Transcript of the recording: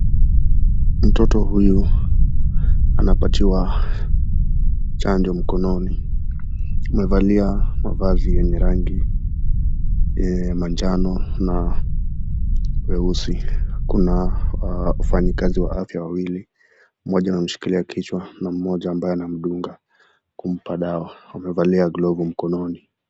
Mtoto huyu anapatiwa chanjo mkononi. Amevalia mavazi yenye rangi ya manjano na nyeusi. Kuna wafanyikazi wa afya wawili, mmoja amemshikilia kichwa, na mmoja ambaye anamdunga kumpa dawaa. Wamevalia glovu mkononi.